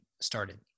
started